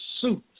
suit